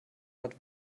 hat